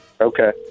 Okay